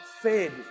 fed